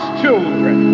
children